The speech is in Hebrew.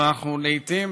אבל לעיתים,